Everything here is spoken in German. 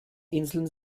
inseln